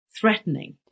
threatening